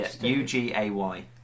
U-G-A-Y